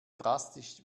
drastisch